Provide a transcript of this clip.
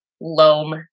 loam